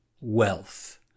wealth